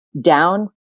down